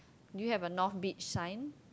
do you have a north beach sign